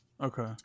Okay